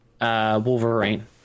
Wolverine